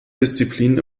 disziplinen